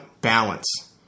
balance